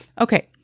Okay